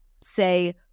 say